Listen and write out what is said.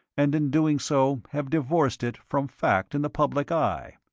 and in doing so have divorced it from fact in the public eye.